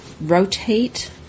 rotate